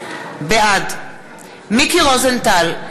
בעד מיקי רוזנטל,